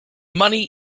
money